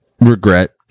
regret